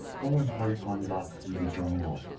go and hike on back through the jungle.